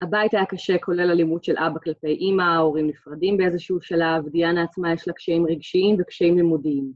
הבית היה קשה, כולל אלימות של כלפי אימא, ההורים נפרדים באיזשהו שלב, דיאנה עצמה יש לה קשיים רגשיים וקשיים לימודיים.